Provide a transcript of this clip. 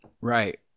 Right